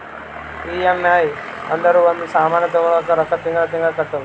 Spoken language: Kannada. ಇ.ಎಮ್.ಐ ಅಂದುರ್ ಒಂದ್ ಸಾಮಾನ್ ತಗೊಳದು ರೊಕ್ಕಾ ತಿಂಗಳಾ ತಿಂಗಳಾ ಕಟ್ಟದು